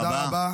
תודה רבה.